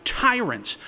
tyrants